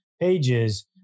pages